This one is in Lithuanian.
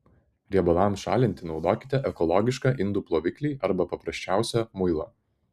riebalams šalinti naudokite ekologišką indų ploviklį arba paprasčiausią muilą